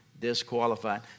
disqualified